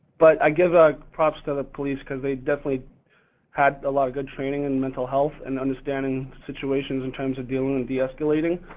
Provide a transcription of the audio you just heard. but i give ah props to the police cause they definitely had a lot of good training in mental health and understanding situations in terms of dealing with and de-escalating.